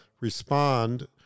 respond